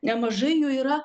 nemažai jų yra